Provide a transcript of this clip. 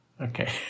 Okay